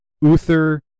Uther